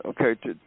Okay